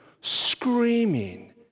screaming